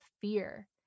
fear